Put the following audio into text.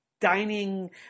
dining